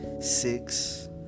six